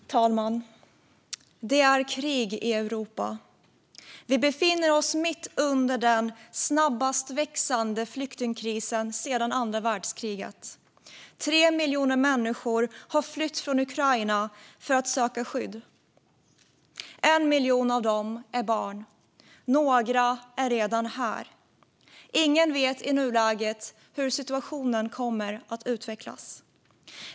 Fru talman! Det är krig i Europa. Vi befinner oss mitt i den snabbast växande flyktingkrisen sedan andra världskriget. Det är 3 miljoner människor som flytt från Ukraina för att söka skydd, och 1 miljon av dem är barn. Några är redan här. Ingen vet i nuläget hur situationen kommer att utvecklas.